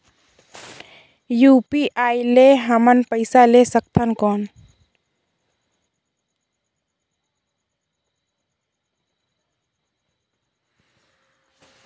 UPI ले हमन पइसा ले सकथन कौन?